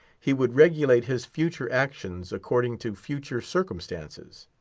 he would regulate his future actions according to future circumstances.